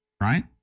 right